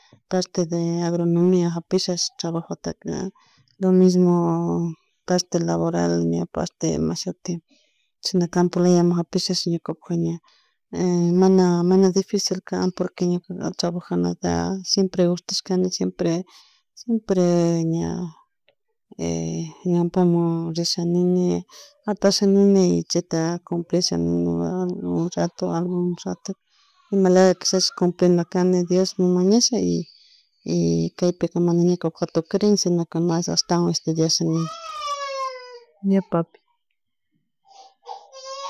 Parte de agronomia japishash trabajota lo mismo parte laboral ña parte mashuti chashna campo laya japishapish ñukapuk ña mana dificil can porque ñukapak trabajana siempre gushtashkani siempre siempre ña ñawapakmun rishanini apashanini chayta cumplisha algun rato imalayapish chasha cumplina kani Diosmun mayasha y kaypi mana ñukapak tukurin sino ashtawan mas estudiasha nina, ya papi